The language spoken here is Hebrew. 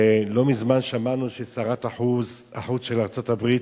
לא מזמן שמענו ששרת החוץ של ארצות-הברית,